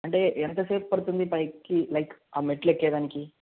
అంటే ఎంతసేప్పడుతుంది పైకి లైక్ ఆ మెట్లు ఎక్కేదానికి